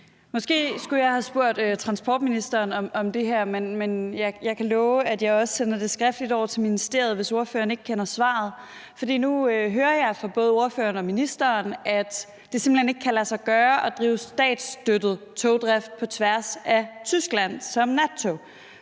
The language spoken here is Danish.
Måske skulle jeg have spurgt transportministeren om det her, men jeg kan love, at jeg også sender det skriftligt over til ministeriet, hvis ordføreren ikke kender svaret. Nu hører jeg fra både ordføreren og ministeren, at det simpelt hen ikke kan lade sig gøre at drive statsstøttet togdrift som f.eks. nattog